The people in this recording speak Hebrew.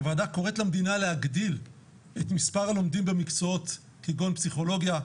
הוועדה קוראת למדינה להגדיל את מספר הלומדים במקצועות כגון פסיכולוגיה,